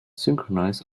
synchronize